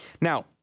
Now